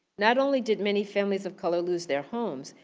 not only did many families of color lose their homes,